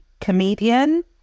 comedian